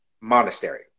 monastery